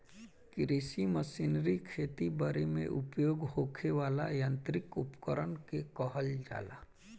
कृषि मशीनरी खेती बरी में उपयोग होखे वाला यांत्रिक उपकरण के कहल जाला